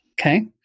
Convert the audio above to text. Okay